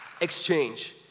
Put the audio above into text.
exchange